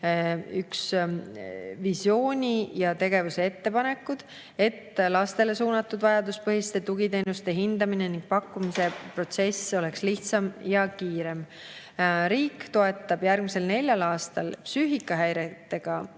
üks visiooni ja tegevuse ettepanek, et lastele suunatud vajaduspõhiste tugiteenuste hindamise ning pakkumise protsess oleks lihtsam ja kiirem. Riik toetab järgmisel neljal aastal psüühikahäiretega